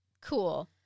Cool